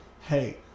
hey